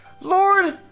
Lord